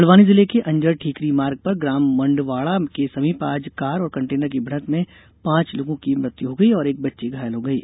बड़वानी जिले के अंजड़ ठीकरी मार्ग पर ग्राम मंडवाड़ा के समीप आज कार और कंटेनर की भिड़ंत मे पांच लोगों की मृत्यू हो गई और एक बच्ची घायल हो गयी